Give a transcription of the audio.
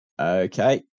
okay